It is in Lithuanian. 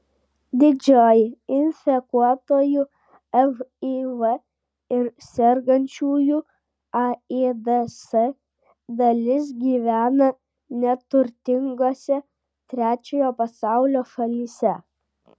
didžioji infekuotųjų živ ir sergančiųjų aids dalis gyvena neturtingose trečiojo pasaulio šalyse